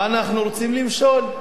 אנחנו רוצים למשול.